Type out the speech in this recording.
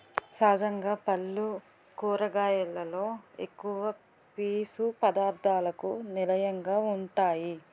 సహజంగా పల్లు కూరగాయలలో ఎక్కువ పీసు పధార్ధాలకు నిలయంగా వుంటాయి